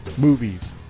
Movies